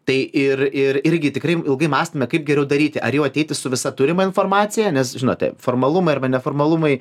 tai ir ir irgi tikrai ilgai mąstėme kaip geriau daryti ar jo ateiti su visa turima informacija nes žinote formalumai arba neformalumai